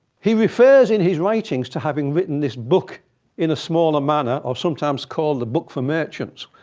he refers in his writings to having written this book in a smaller manner, or sometimes called the book for merchants.